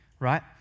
Right